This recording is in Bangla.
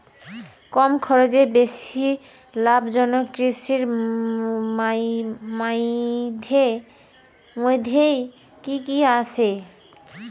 কম খরচে বেশি লাভজনক কৃষির মইধ্যে কি কি আসে?